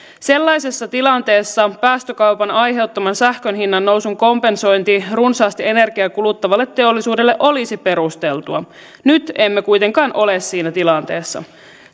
sellaisessa tilanteessa päästökaupan aiheuttaman sähkön hinnannousun kompensointi runsaasti energiaa kuluttavalle teollisuudelle olisi perusteltua nyt emme kuitenkaan ole siinä tilanteessa